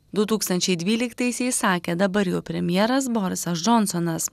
du tūkstančiai dvyliktaisiais sakė dabar jau premjeras borisas džonsonas